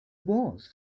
was